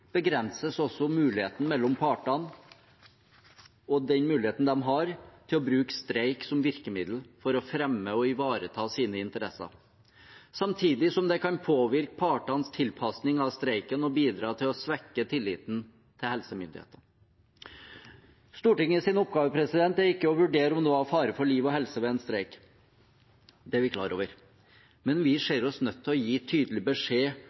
begrenses også muligheten mellom partene og den muligheten man har til å bruke streik som virkemiddel for å fremme og ivareta sine interesser, samtidig som det kan påvirke partenes tilpasning av streiken og bidra til å svekke tilliten til helsemyndighetene. Stortingets oppgave er ikke å vurdere om det er fare for liv og helse ved en streik. Det er vi klar over. Men vi ser oss nødt til å gi tydelig beskjed